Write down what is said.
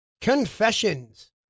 Confessions